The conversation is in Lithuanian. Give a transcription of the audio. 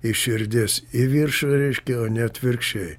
iš širdies į viršų reiškia o ne atvirkščiai